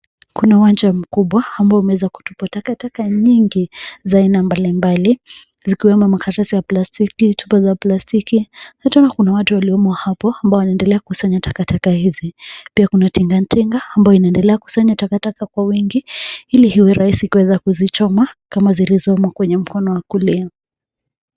Kuna uwanja mkubwa ambao umeweza kutupwa takataka nyingi za aina mbalimbali zikiwemo makaratasi ya plastiki, chupa za plastiki na tunaona kuna watu waliomo hapo ambao wanaendelea kusanya takataka hizi. Pia kuna tingatinga ambayo inaendelea kusanya takataka kwa wingi ili iwe rahisi kuweza kuzichoma kama zilizomo kwenye mkono wa kulia.